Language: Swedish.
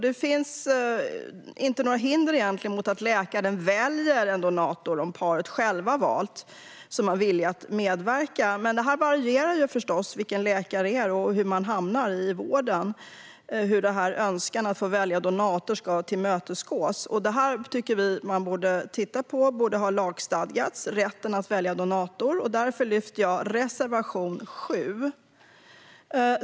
Det finns egentligen inga hinder mot att läkaren väljer en donator som paret självt valt och som är villig att medverka. Men hur önskan att få välja donator tillmötesgås varierar förstås beroende på vilken läkare det är och var man hamnar i vården. Rätten att välja donator tycker vi att man borde titta på och att det ska lagstadgas. Därför lyfter jag upp reservation 7.